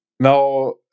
Now